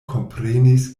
komprenis